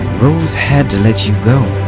rose had to let you go.